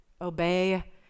Obey